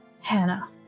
hannah